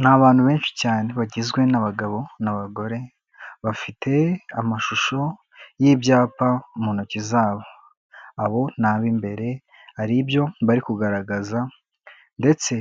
Ni abantu benshi cyane bagizwe n'abagabo n'abagore, bafite amashusho y'ibyapa mu ntoki z'abo, abo ni ab'imbere hari ibyo bari kugaragaza, ndetse